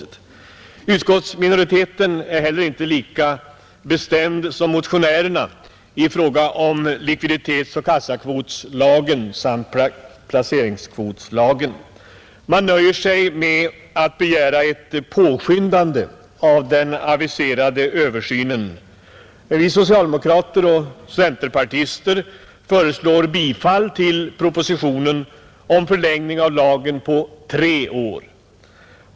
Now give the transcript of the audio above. Utskottsminoriteten är heller inte lika bestämd som motionärerna i fråga om likviditetsoch kassakvotslagen samt placeringskvotslagen. Man nöjer sig med att begära ett påskyndande av den aviserade översynen. Vi socialde mokrater och centerpartisterna föreslår bifall till propositionen om förlängning av lagen på tre år.